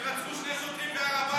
שרצחו שני שוטרים בהר הבית.